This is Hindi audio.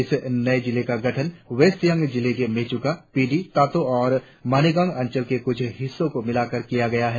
इस नये जिले का गठन वेस्ट सियांग जिले के मेचुका पी डी तातो और मनिगंग अंचल के कुछ हिस्सो को मिलाकर किया गया है